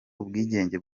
ubwigenge